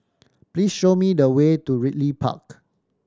please show me the way to Ridley Park